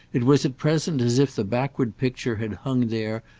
it was at present as if the backward picture had hung there,